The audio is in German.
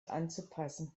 anzupassen